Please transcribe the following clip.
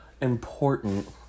important